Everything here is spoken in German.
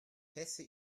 pässe